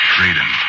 Freedom